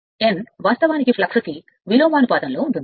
n వాస్తవానికి flux కు విలోమానుపాతంలో ఉంటుంది